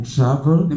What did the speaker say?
Travel